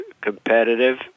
competitive